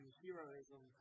heroism